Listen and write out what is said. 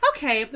Okay